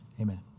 Amen